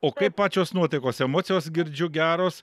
o kaip pačios nuotaikos emocijos girdžiu geros